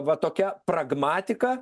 va tokia pragmatika